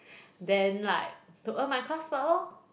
then like to earn my class part lor